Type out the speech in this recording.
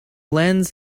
lens